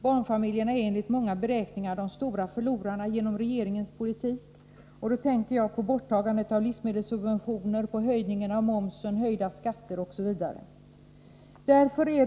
Barnfamiljerna är enligt många beräkningar de som förlorat mest på regeringens politik. Jag tänker på borttagandet av livsmedelssubventionerna, höjningen av momsen, skattehöjningar osv.